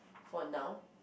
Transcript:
for now